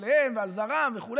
עליהם ועל זרעם וכו'.